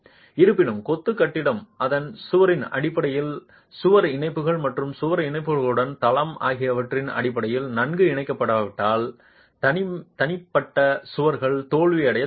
இருப்பினும் கொத்து கட்டிடம் அதன் சுவரின் அடிப்படையில் சுவர் இணைப்புகள் மற்றும் சுவர் இணைப்புகளுக்கு தளம் ஆகியவற்றின் அடிப்படையில் நன்கு இணைக்கப்படாவிட்டால் தனிப்பட்ட சுவர்கள் தோல்வியடையத் தொடங்கும்